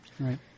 Right